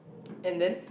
and then